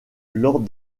lors